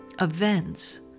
events